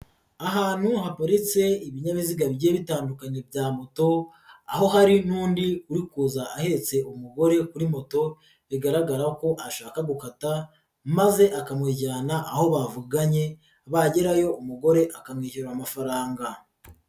Ahantu haparitse ibinyabiziga bigiye bitandukanye bya moto, aho hari n'undi uri kuza ahetse umugore kuri moto bigaragara ko ashaka gukata maze akamujyana aho bavuganye, bagerayo umugore akamwishyura amafaranga.